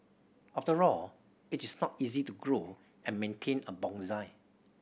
after all it is not easy to grow and maintain a bonsai